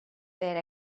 their